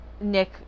Nick